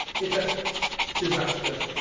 it's just disastrous.